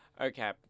Okay